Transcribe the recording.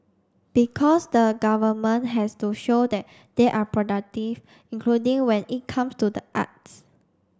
because the government has to show that they are productive including when it comes to the arts